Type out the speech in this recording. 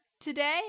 today